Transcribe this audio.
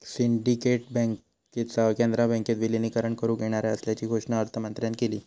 syndicate बँकेचा कॅनरा बँकेत विलीनीकरण करुक येणार असल्याची घोषणा अर्थमंत्र्यांन केली